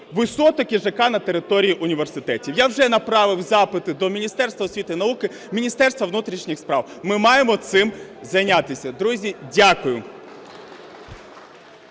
висоток і ЖК на території університетів. Я вже направив запити до Міністерства освіти і науки, Міністерства внутрішніх справ. Ми маємо цим зайнятися. Друзі, дякую.